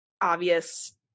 obvious